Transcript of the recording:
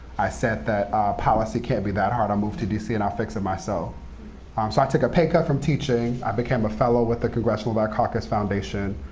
i said that policy can't be that hard. i'll move to dc, and i'll fix it myself. um so i took a pay cut from teaching. i became a fellow with the congressional black caucus foundation.